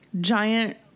Giant